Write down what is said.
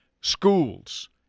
schools—